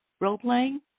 role-playing